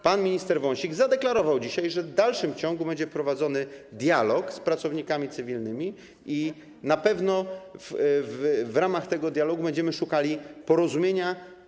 Pan minister Wąsik zadeklarował dzisiaj, że w dalszym ciągu będzie prowadzony dialog z pracownikami cywilnymi i na pewno w ramach tego dialogu będziemy szukali porozumienia.